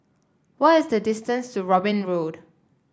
what is the distance to Robin Road